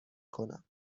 کنم